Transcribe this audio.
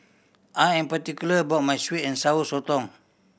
I am particular about my sweet and Sour Sotong